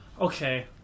Okay